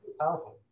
powerful